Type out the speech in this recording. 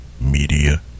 Media